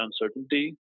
uncertainty